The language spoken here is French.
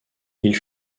ils